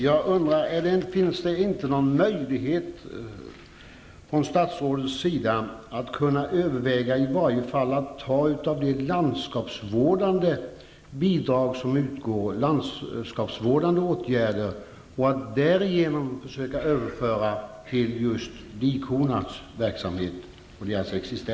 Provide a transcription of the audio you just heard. Fru talman! Finns det inte någon möjlighet för statsrådet att överväga att ta av bidrag som utgår för landskapsvårdande åtgärder och överföra pengar till verksamheten med dikor?